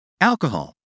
Alcohol